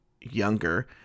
younger